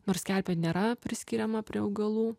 nors kerpė nėra priskiriama prie augalų